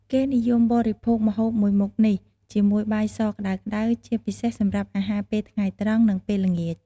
គេនិយមបរិភោគម្ហូបមួយមុខនេះ ជាមួយបាយសក្ដៅៗ ជាពិសេសសម្រាប់អាហារពេលថ្ងៃត្រង់ និងពេលល្ងាច។